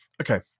okay